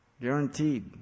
guaranteed